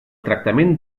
tractament